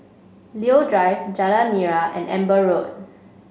Leo Drive Jalan Nira and Amber Road